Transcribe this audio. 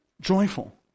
joyful